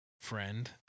friend